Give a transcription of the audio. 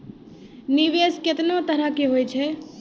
निवेश केतना तरह के होय छै?